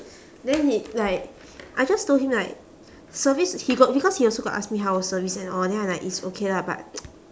then he like I just told him like service he got because he also got ask me how service and all then I like it's okay lah but